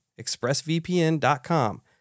expressvpn.com